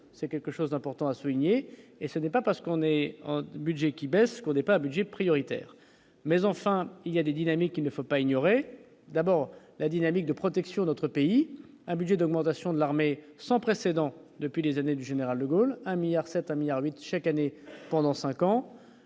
c'est quelque chose d'important à souligner, et ce n'est pas parce qu'on est un budget qui baisse qu'on ait pas budget prioritaire, mais enfin il y a des dynamiques, il ne faut pas ignorer, d'abord, la dynamique de protection notre pays un budget d'augmentation de l'armée sans précédent depuis des années, du général De Gaulle, un milliard, c'est un milliard 8 chaque année pendant 5 ans,